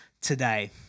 today